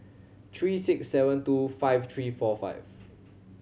three six seven two five three four five